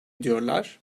ediyorlar